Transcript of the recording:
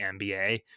NBA